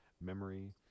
memory